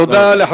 תודה רבה.